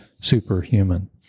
superhuman